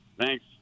Thanks